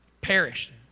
perished